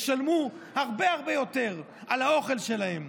ישלמו הרבה הרבה יותר על האוכל שלהם.